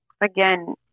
again